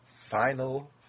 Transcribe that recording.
Final